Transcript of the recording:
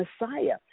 Messiah